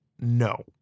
No